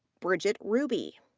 bridget ruby.